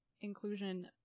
inclusion